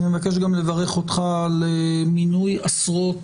אני מבקש גם לברך אותך על מינוי עשרות